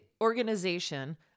organization